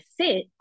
sit